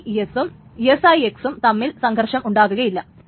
IS സും SIX ഉം തമ്മിൽ സംഘർഷമുണ്ടാകുകയില്ല